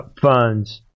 funds